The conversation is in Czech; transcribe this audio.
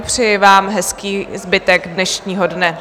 Přeji vám hezký zbytek dnešního dne.